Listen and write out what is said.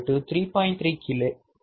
3k R1 4